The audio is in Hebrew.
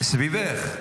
סביבך.